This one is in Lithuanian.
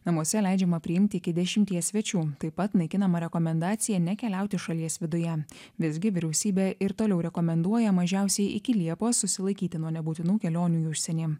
namuose leidžiama priimti iki dešimties svečių taip pat naikinama rekomendacija nekeliauti šalies viduje visgi vyriausybė ir toliau rekomenduoja mažiausiai iki liepos susilaikyti nuo nebūtinų kelionių į užsienį